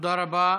תודה רבה.